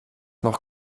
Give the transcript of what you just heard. noch